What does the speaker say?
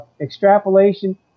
extrapolation